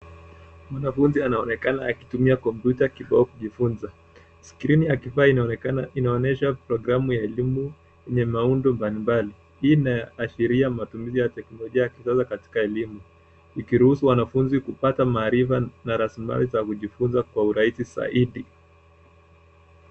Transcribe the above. Mwanafunzi anaonekana akitumia kompyuta kibao kujifunza. Skrini ya kibao inaonyesha programu ya elimu yenye maumbo mbalimbali. Hii inaashiria matumizi ya teknolojia katika elimu; ikiruhusu wanafunzi kupata maarifa na na rasilimalli za kujifunza kwa urahisi zaidi.